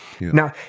Now